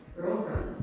Girlfriend